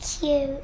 cute